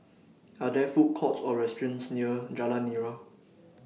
Are There Food Courts Or restaurants near Jalan Nira